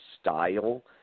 style